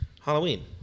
Halloween